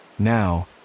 now